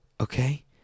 okay